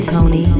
Tony